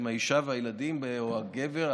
עם האישה ועם הילדים או עם הגבר,